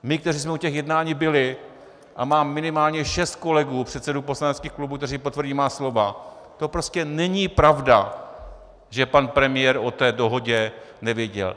My, kteří jsme u těch jednání byli, a mám minimálně šest kolegů předsedů poslaneckých klubů, kteří potvrdí má slova, to prostě není pravda, že pan premiér o té dohodě nevěděl.